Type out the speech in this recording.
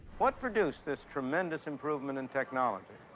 what produced this tremendous improvement in technology?